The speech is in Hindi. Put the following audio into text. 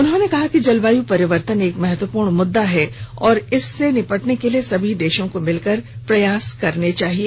उन्होंने कहा कि जलवायु परिवर्तन एक महत्वकपूर्ण मुद्दा है और इससे निपटने के लिए सभी देशों को मिलकर प्रयास करने चाहिए